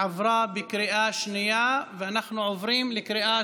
עברה בקריאה